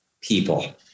people